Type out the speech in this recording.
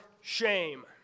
shame